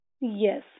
Yes